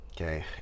okay